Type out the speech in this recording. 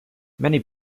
many